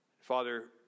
Father